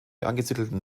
angesiedelten